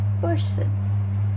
person